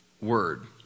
word